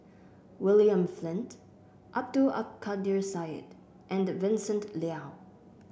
William Flint Abdul Kadir Syed and Vincent Leow